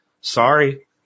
sorry